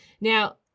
Now